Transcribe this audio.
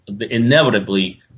Inevitably